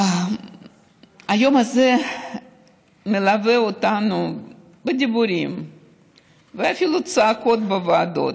היום הזה מלווה אותנו בדיבורים ואפילו בצעקות בוועדות.